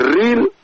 real